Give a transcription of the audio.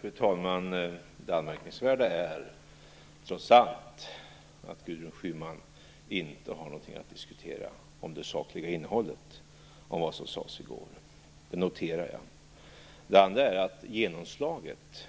Fru talman! Det anmärkningsvärda är trots allt att Gudrun Schyman inte har någonting att diskutera om det sakliga innehållet, om vad som sades i går. Det är det första jag noterar. Det andra är att genomslaget